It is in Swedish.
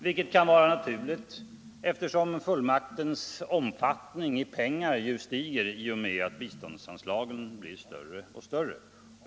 Det kan vara naturligt, eftersom fullmaktens omfattning i pengar stiger i och med att biståndsanslagen blir större och större.